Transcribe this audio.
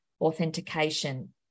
authentication